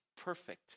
perfect